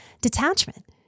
detachment